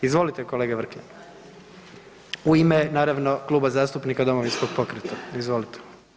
Izvolite kolega Vrkljan u ime naravno Kluba zastupnika Domovinskog pokreta, izvolite.